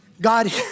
God